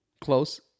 Close